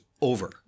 over